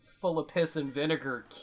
full-of-piss-and-vinegar